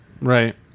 Right